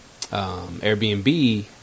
Airbnb